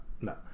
No